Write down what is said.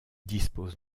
dispose